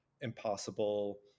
impossible